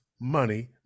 money